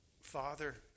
Father